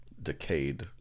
Decayed